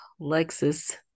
Lexus